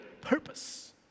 purpose